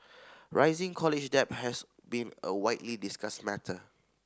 rising college debt has been a widely discussed matter